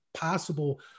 possible